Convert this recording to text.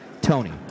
tony